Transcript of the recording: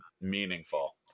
meaningful